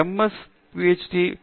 பேராசிரியர் தீபா வெங்கடேசன் எம்